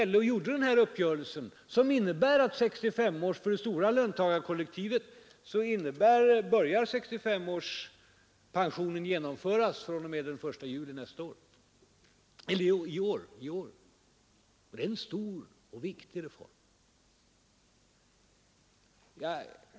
LO gjorde den här uppgörelsen, som innebär att för det stora löntagarkollektivet 65-årspensionen börjar genomföras fr.o.m., den 1 juli i år — och det är en stor och viktig reform.